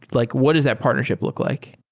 like what is that partnership look like?